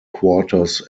quarters